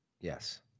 Yes